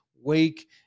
wake